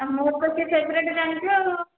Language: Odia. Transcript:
ଆ ମୋର ତ ସେ ଫେବ୍ରେଟ୍ ଜାଣିଛୁ ଆଉ